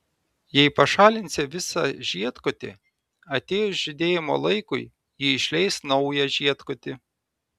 jei pašalinsite visą žiedkotį atėjus žydėjimo laikui ji išleis naują žiedkotį